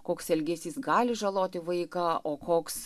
koks elgesys gali žaloti vaiką o koks